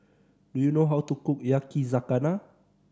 do you know how to cook Yakizakana